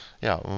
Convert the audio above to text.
ja